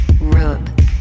rub